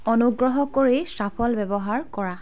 অনুগ্ৰহ কৰি শ্বাফল্ ব্যৱহাৰ কৰা